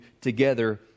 together